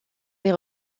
les